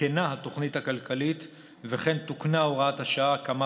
עודכנה התוכנית הכלכלית וכן תוקנה הוראת השעה כמה